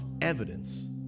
evidence